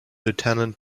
lieutenant